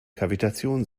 kavitation